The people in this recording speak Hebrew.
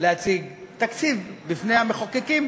להציג תקציב בפני המחוקקים.